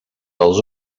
els